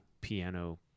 piano